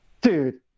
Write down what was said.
dude